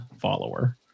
follower